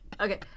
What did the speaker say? okay